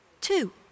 Two